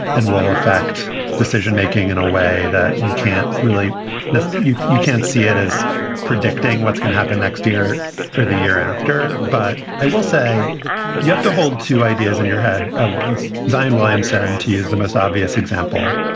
and will affect decision making in way that you can't really you you can't see it as predicting what's gonna happen next year or the year after. but i will say you have to hold two ideas in your head at once. zane williams and he is the most obvious example,